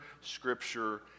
scripture